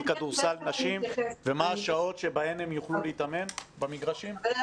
וכדורסל נשים ובשעות שהן יוכלו להתאמן במגרשים?